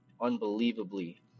unbelievably